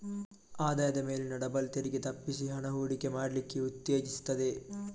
ಆದಾಯದ ಮೇಲಿನ ಡಬಲ್ ತೆರಿಗೆ ತಪ್ಪಿಸಿ ಹಣ ಹೂಡಿಕೆ ಮಾಡ್ಲಿಕ್ಕೆ ಉತ್ತೇಜಿಸ್ತದೆ